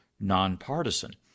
nonpartisan